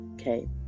Okay